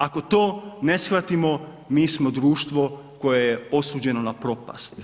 Ako to ne shvatimo, mi smo društvo koje je osuđeno na propast.